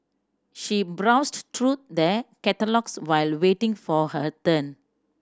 she browsed through the catalogues while waiting for her turn